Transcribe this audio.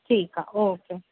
ठीकु आहे ओके